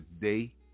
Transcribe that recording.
day